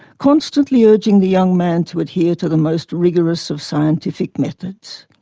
constantly urging the young man to adhere to the most rigorous of scientific methods.